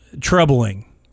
troubling